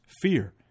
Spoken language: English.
fear